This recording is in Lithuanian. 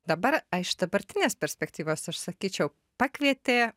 dabar iš dabartinės perspektyvos aš sakyčiau pakvietė